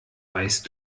weißt